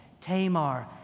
Tamar